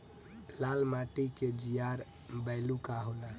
लाल माटी के जीआर बैलू का होला?